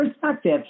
perspective